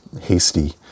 hasty